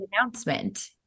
announcement